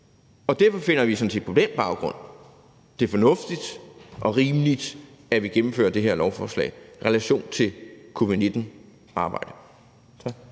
baggrund finder vi det fornuftigt og rimeligt, at vi gennemfører det her lovforslag i relation til covid-19-arbejde.